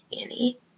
annie